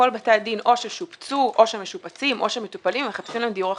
כל בתי הדין או ששופצו או שמשופצים או שמטופלים ומחפשים להם דיור חלופי.